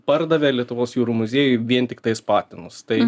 pardavė lietuvos jūrų muziejui vien tiktais patinus tai